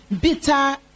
Bitter